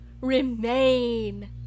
remain